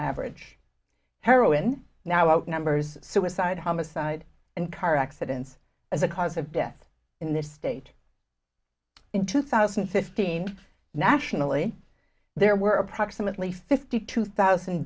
average heroin now outnumbers suicide homicide and car accidents as a cause of death in this state in two thousand and fifteen nationally there were approximately fifty two thousand